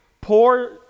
Poor